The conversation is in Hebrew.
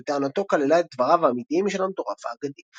שלטענתו כללה את דבריו האמיתיים של המטורף האגדי.